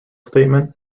statement